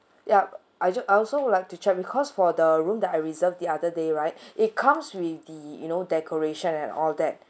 yup I I also would like to check because for the room that I reserved the other day right it comes with the you know decoration and all that